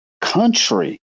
country